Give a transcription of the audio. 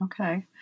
Okay